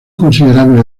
considerable